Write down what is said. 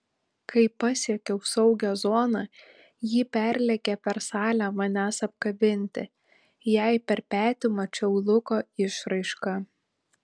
kai pasiekiau saugią zoną ji perlėkė per salę manęs apkabinti jai per petį mačiau luko išraišką